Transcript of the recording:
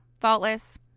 faultless